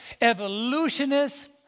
Evolutionists